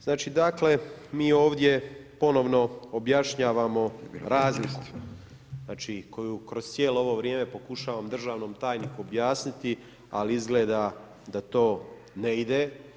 Znači dakle, mi ovdje ponovno objašnjavamo razliku koju kroz cijelo ovo vrijeme pokušavam državnom tajniku objasniti, ali izgleda to ne ide.